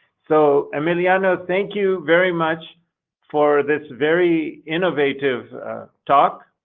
so emiliano, thank you very much for this very innovative talk,